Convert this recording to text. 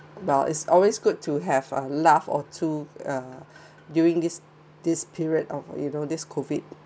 !wah! it's always good to have a laugh or two uh during this this period of you know this COVID